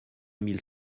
mille